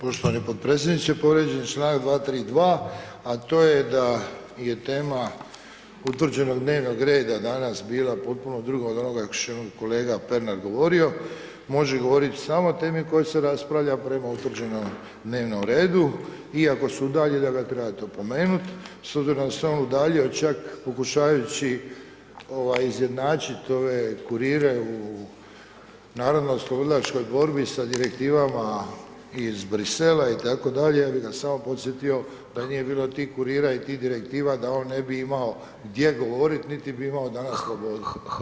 Poštovani potpredsjedniče, povrijeđen je čl. 232., a to je da je tema utvrđenog dnevnog reda danas bila potpuno drugo od onoga što je kolega Pernar govorio, može govoriti samo o temi o kojoj se raspravlja, prema utvrđenom dnevnom redu i ako se udalji da ga trebate opomenuti s obzirom da se on udaljio čak pokušavajući, ovaj, izjednačiti ove kurire u NOB-u sa Direktivama iz Brisela itd., ja bih ga samo podsjetio da nije bilo tih kurira i tih Direktiva da on ne bi imao gdje govoriti, niti bi imao danas slobodu.